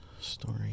Story